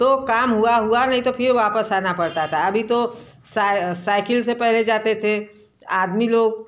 तो काम हुआ हुआ नहीं तो फिर वापस आना पड़ता था अभी तो साइकिल से पहले जाते थे आदमी लोग